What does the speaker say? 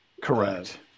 correct